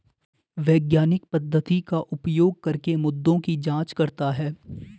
वैज्ञानिक पद्धति का उपयोग करके मुद्दों की जांच करता है